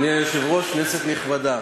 אדוני היושב-ראש, כנסת נכבדה,